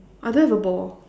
I don't have a ball